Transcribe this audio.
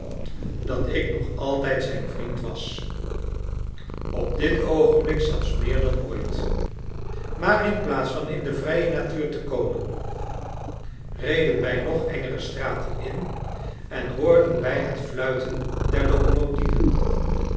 dat ik nog altijd zijn vriend was op dit oogenblik zelfs meer dan ooit maar inplaats van in de vrije natuur te komen reden wij nog engere straten in en hoorden wij het fluiten der locomotieven